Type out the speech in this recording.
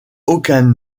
aucun